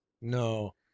No